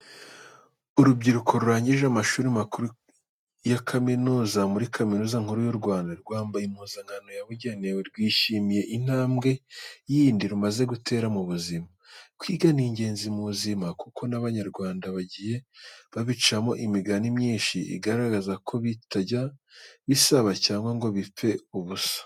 Urubyiruko rurangije amashuri makuru ya kaminuza muri Kaminuza nkuru y'u Rwanda, rwambaye impuzankano yabugenewe, rwishimiye intambwe yindi rumaze gutera mu buzima. Kwiga ni ingenzi mu buzima kuko n'Abanyarwanda bagiye babicamo imigani myinshi igaragaza ko bitajya bisaza cyangwa ngo bipfe ubusa